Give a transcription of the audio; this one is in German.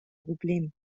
problem